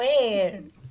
Man